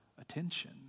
attention